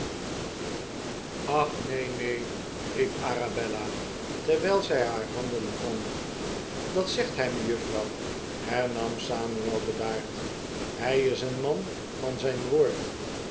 ach neen neen riep arabella terwijl zij haar handen wrong dat zegt hij mejuffrouw hern am samuel bedaard hij is een man van zijn woord